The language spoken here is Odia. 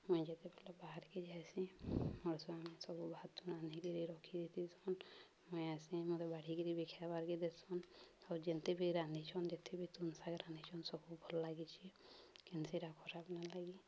ମୁଇଁ ଯେତେବେଲେ ବାହାରିକି ଯାଇସିଁ ମୋର୍ ସ୍ଵାମୀ ସବୁ ଭାତ୍ ରାନ୍ଧିକିରି ରଖି ଦେଇସନ୍ ମୁଇଁ ଆସି ମୋତେ ବାଢ଼ିକିରି ବି ଖାଇବାର୍କେ ଦେଇସନ୍ ଆଉ ଯେନ୍ତି ବି ରାନ୍ଧିଛନ୍ ଯେତେ ବି ତୁନ୍ ଶାଗ ରାନ୍ଧିଛନ୍ ସବୁ ଭଲ୍ ଲାଗିଛି କେନ୍ସିଟା ଖରାପ ନ ଲାଗି